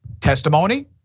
testimony